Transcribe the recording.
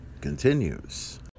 continues